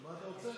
מה אתה רוצה?